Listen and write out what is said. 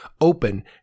open